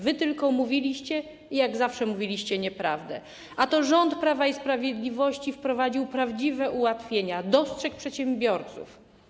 Wy tylko mówiliście, i jak zawsze mówiliście nieprawdę, a to rząd Prawa i Sprawiedliwości wprowadził prawdziwe ułatwienia, dostrzegł przedsiębiorców.